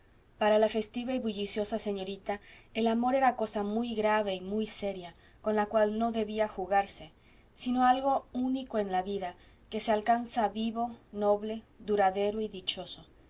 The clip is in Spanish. para la festiva y bulliciosa señorita el amor era cosa muy grave y muy seria con la cual no debía jugarse sino algo único en la vida que se alcanza vivo noble duradero y dichoso